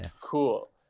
Cool